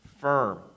firm